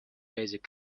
basic